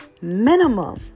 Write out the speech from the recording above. minimum